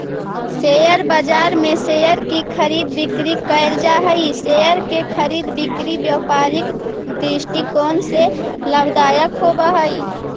share बाजार में share की खरीद बिक्री कैल जा हइ शेयर के खरीद बिक्री व्यापारिक दृष्टिकोण से लाभदायक होवऽ हइ